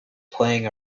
playing